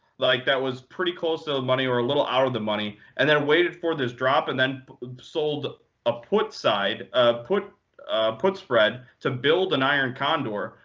like that was pretty close to so money or a little out of the money, and then waited for this drop, and then sold a put side ah put put spread to build an iron condor,